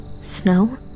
Snow